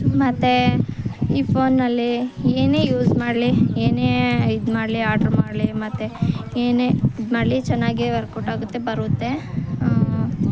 ಮತ್ತೆ ಈ ಫೋನ್ನಲ್ಲಿ ಏನೇ ಯೂಸ್ ಮಾಡಲಿ ಏನೇ ಇದುಮಾಡ್ಲಿ ಆರ್ಡ್ರ್ ಮಾಡಲಿ ಮತ್ತು ಏನೇ ಇದುಮಾಡ್ಲಿ ಚೆನ್ನಾಗೇ ವರ್ಕೌಟಾಗುತ್ತೆ ಬರುತ್ತೆ